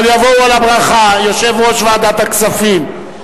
אבל יבואו על הברכה יושב-ראש ועדת הכנסת,